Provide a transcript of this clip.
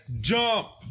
Jump